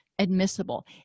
Admissible